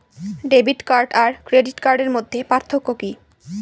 Debit card আর credit কার্ডের মধ্যে পার্থক্য কি?